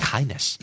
Kindness